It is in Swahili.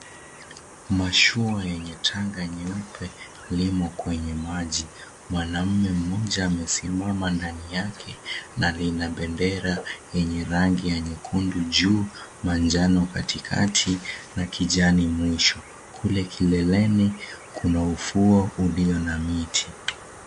Mashua yenye tanga nyeupe limo kwenye maji. Mwanaume mmoja amesimama ndani yake na lina bendera yenye rangi ya nyekundu juu, manjano katikati na kijani mwisho kule kileleni kuna ufuo ulio na miti.